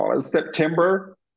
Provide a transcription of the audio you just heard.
September